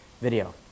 video